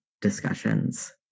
discussions